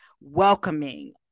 Welcoming